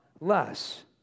less